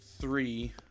three